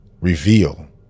reveal